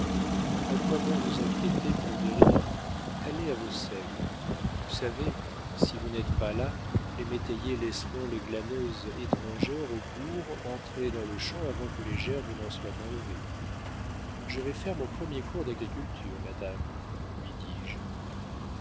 a quoi bon vous inquiéter pour des riens allez à vos seigles vous savez si vous n'êtes pas là les métayers laisseront les glaneuses étrangères au bourg entrer dans le champ avant que les gerbes n'en soient enlevées je vais faire mon premier cours d'agriculture madame lui dis-je